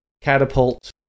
catapult